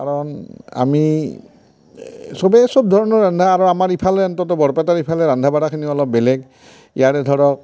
কাৰণ আমি চবে চব ধৰণৰ ৰন্ধা আৰু আমাৰ ইফালে অন্ততঃ বৰপেটাৰ ইফালে ৰন্ধা বঢ়াখিনি অলপ বেলেগ ইয়াৰে ধৰক